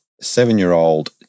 seven-year-old